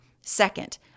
Second